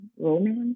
romance